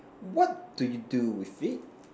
what do you do with it